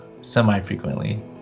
semi-frequently